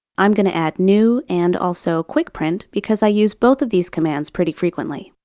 i'm going to add new and also quick print because i use both of these commands pretty frequently.